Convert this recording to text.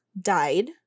died